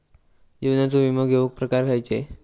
जीवनाचो विमो घेऊक प्रकार खैचे?